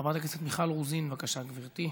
חברת הכנסת מיכל רוזין, בבקשה, גברתי.